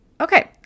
Okay